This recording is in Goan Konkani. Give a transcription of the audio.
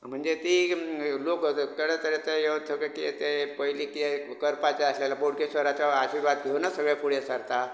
म्हणजे ती लोक क क तरे तरेचे येवन सगळे कितें तें पयली कितें करपाचें आसलेलो बोडगेश्वराचो आशिर्वाद घेवनूच सगळे फुडें सरता